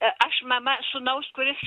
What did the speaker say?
aš mama sūnaus kuris